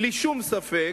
בלי שום ספק,